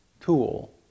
tool